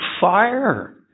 fire